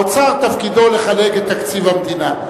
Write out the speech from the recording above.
האוצר תפקידו לחלק את תקציב המדינה.